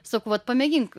sakau vat pamėgink